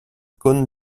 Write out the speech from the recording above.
cône